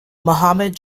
mohammad